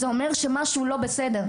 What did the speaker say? זה אומר שמשהו לא בסדר,